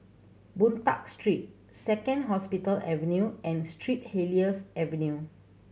Boon Tat Street Second Hospital Avenue and Street Helier's Avenue